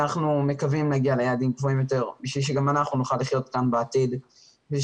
אנחנו מקווים להגיע ליעדים כדי שגם אנחנו נוכל לחיות כאן בעתיד כחברה